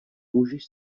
můžeš